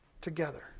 together